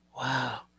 wow